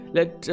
Let